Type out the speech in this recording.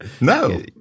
no